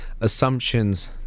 assumptions